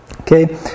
Okay